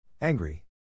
Angry